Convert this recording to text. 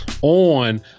On